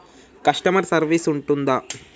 Customer service ఉంటుందా?